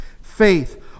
Faith